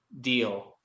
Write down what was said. deal